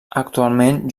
actualment